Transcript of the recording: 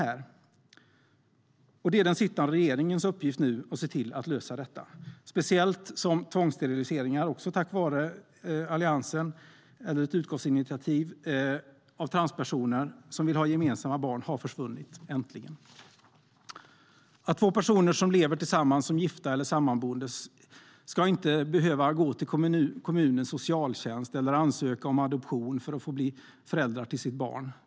Det är den nu sittande regeringens uppgift att lösa problemet, speciellt som tvångssteriliseringar - tack vare ett utskottsinitiativ under Alliansens tid - av transpersoner som vill ha gemensamma barn äntligen har försvunnit. Två personer som lever tillsammans som gifta eller sammanboende ska inte behöva gå till kommunens socialtjänst eller behöva ansöka om adoption för att få bli föräldrar till sitt barn.